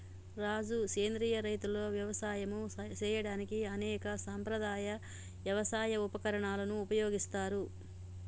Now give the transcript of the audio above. రాజు సెంద్రియ రైతులు యవసాయం సేయడానికి అనేక సాంప్రదాయ యవసాయ ఉపకరణాలను ఉపయోగిస్తారు